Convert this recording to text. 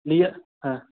ठीक ऐ